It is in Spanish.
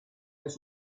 los